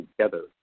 together